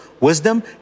wisdom